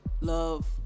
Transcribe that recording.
love